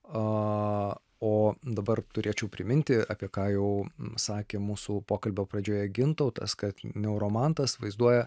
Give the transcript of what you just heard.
o dabar turėčiau priminti apie ką jau nusakė mūsų pokalbio pradžioje gintautas kad neuromantas vaizduoja